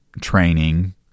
training